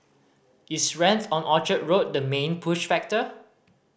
is rent on Orchard Road the main push factor